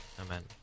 Amen